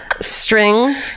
string